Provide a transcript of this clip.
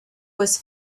was